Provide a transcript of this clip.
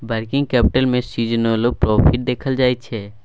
working capital में सीजनलो profit देखल जाइ छइ